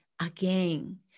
again